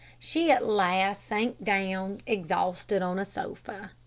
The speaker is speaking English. she at last sank down, exhausted, on a sofa.